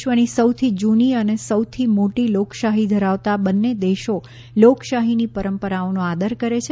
વિશ્વની સૌથી જૂની અને સૌથી મોટી લોકશાહી ધરાવતા બંને દેશો લોકશાહીની પરંપરાઓનો આદર કરે છે